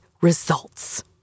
results